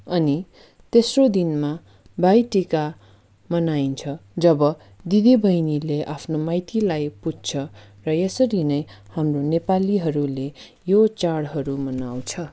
अनि तेस्रो दिनमा भाइटीका मनाइन्छ जब दिदी बहिनीले आफ्नो माइतीलाई पुज्छ र यसरी नै हाम्रो नेपालीहरूले यो चाँडहरू मनाउँछ